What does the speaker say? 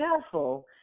careful